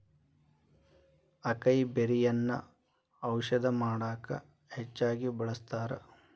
ಅಕೈಬೆರ್ರಿಯನ್ನಾ ಔಷಧ ಮಾಡಕ ಹೆಚ್ಚಾಗಿ ಬಳ್ಸತಾರ